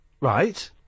Right